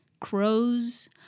crows